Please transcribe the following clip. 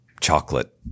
chocolate